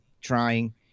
trying